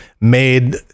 made